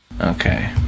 Okay